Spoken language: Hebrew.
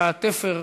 בתפר,